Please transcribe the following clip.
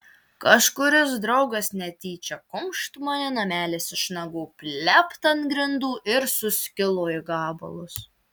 kažkuris draugas netyčią kumšt mane namelis iš nagų plept ant grindų ir suskilo į gabalus